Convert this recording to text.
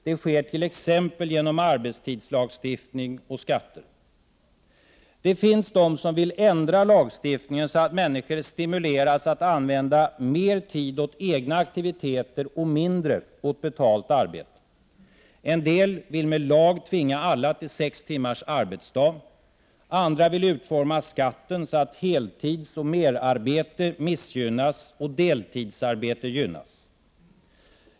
Det sker t.ex. genom arbetstidslagstiftning och skatter. Det finns de som vill ändra lagstiftningen så att människor stimuleras att använda mer tid åt egna aktiviteter och mindre åt betalt arbete. En del vill med lag tvinga alla till sex timmars arbetsdag. Andra vill utforma skatten så att heltidsoch merarbete missgynnas och deltidsarbete gynnas.